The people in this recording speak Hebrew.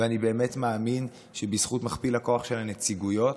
ואני באמת מאמין שבזכות מכפיל הכוח של הנציגויות,